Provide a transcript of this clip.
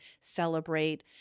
celebrate